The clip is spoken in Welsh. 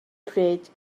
pryd